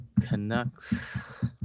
Canucks